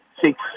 six